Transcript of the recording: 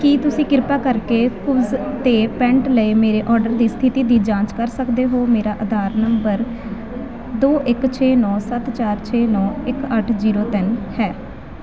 ਕੀ ਤੁਸੀਂ ਕਿਰਪਾ ਕਰਕੇ ਕੂਵਜ਼ 'ਤੇ ਪੈਂਟ ਲਈ ਮੇਰੇ ਆਰਡਰ ਦੀ ਸਥਿਤੀ ਦੀ ਜਾਂਚ ਕਰ ਸਕਦੇ ਹੋ ਮੇਰਾ ਅਧਾਰ ਨੰਬਰ ਦੋ ਇੱਕ ਛੇ ਨੌਂ ਸੱਤ ਚਾਰ ਛੇ ਨੌਂ ਇੱਕ ਅੱਠ ਜ਼ੀਰੋ ਤਿੰਨ ਹੈ